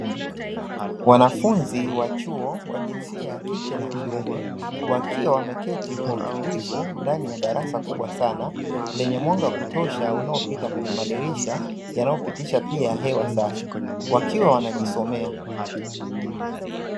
Wanafunzi wa chuo wa jinsia ya kike na kiume, wakiwa wameketi kwa utulivu ndani ya darasa kubwa sana lenye mwanga wa kutosha unaopita kwenye madirisha yanayopitisha pia hewa safi wakiwa wanajisomea.